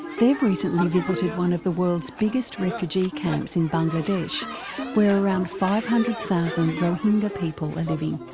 they've recently visited one of the world's biggest refugee camps in bangladesh where around five hundred thousand rohingya people are living.